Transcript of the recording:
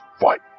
fight